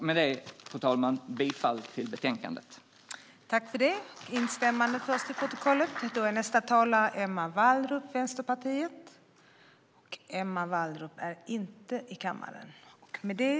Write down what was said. Med detta yrkar jag bifall till utskottets förslag i betänkandet.